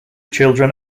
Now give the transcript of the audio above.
children